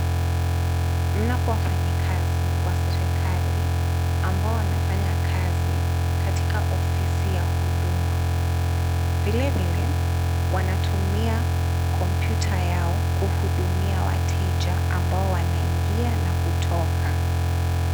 Wapo wafanyakazi wa serikali ambao wanafanya kazi katika ofisi ya huduma. Vilevile, wanatumia kompyuta yao kuhudumia wateja ambao wanaingia na kutoka